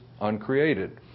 uncreated